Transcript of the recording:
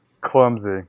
Clumsy